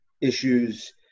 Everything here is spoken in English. issues